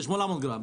זה 800 גרם.